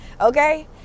Okay